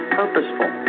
purposeful